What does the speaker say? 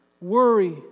worry